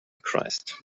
christ